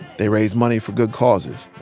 they raise money for good causes.